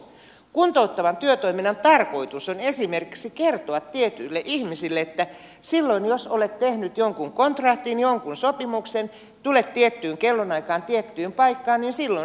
kuntouttavan työtoiminnan tarkoitus on esimerkiksi kertoa tietyille ihmisille että silloin jos olet tehnyt jonkun kontrahtin jonkun sopimuksen tulet tiettyyn kellonaikaan tiettyyn paikkaan niin silloin sinä tulet